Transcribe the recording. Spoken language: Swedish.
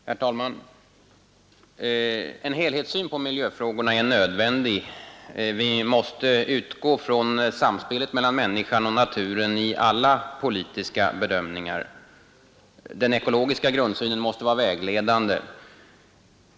Herr talman! En helhetssyn på miljöfrågorna är nödvändig. Vi måste utgå från samspelet mellan människan och naturen i alla politiska bedömningar. Den ekologiska grundsynen måste vara vägledande.